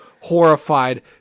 Horrified